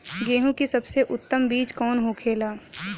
गेहूँ की सबसे उत्तम बीज कौन होखेला?